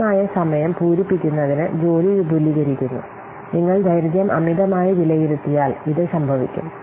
ലഭ്യമായ സമയം പൂരിപ്പിക്കുന്നതിന് ജോലി വിപുലീകരിക്കുന്നു നിങ്ങൾ ദൈർഘ്യം അമിതമായി വിലയിരുത്തിയാൽ ഇത് സംഭവിക്കും